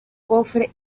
cofre